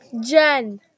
Jen